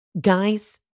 Guys